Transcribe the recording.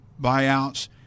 buyouts